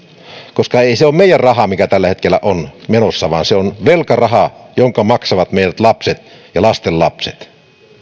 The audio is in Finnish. koska ei se ole meidän rahaamme mikä tällä hetkellä on menossa vaan se on velkarahaa jonka maksavat meidän lapset ja lastenlapset